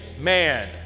man